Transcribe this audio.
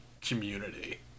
community